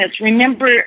Remember